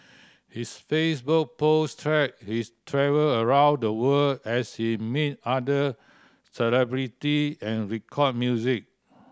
his Facebook post track his travel around the world as he meet other celebrity and record music